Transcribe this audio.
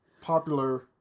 popular